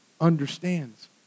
understands